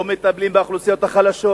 לא מטפלים באוכלוסיות החלשות.